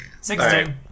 Sixteen